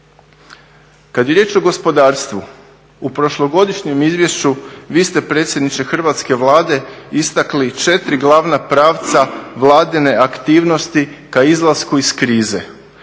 Kada je riječ o gospodarstvu, u prošlogodišnjem izvješću vi ste predsjedniče hrvatske Vlade istakli 4 glavna pravca vladine aktivnosti k izlasku iz krize.